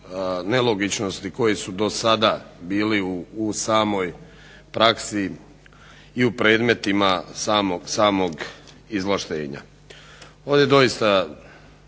nelogičnosti koji su dosada bili u samoj praksi i u predmetima samog izvlaštenja.